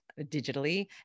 digitally